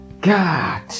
God